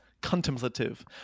contemplative